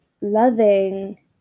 loving